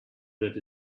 that